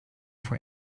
for